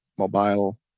Mobile